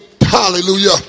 Hallelujah